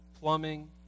plumbing